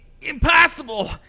Impossible